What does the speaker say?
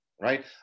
right